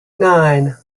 nine